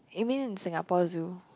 you mean in Singapore Zoo